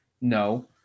No